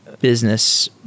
business